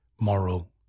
moral